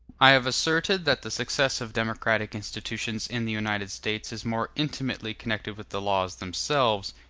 i have asserted that the success of democratic institutions in the united states is more intimately connected with the laws themselves,